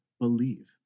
believe